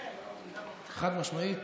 חד-משמעית.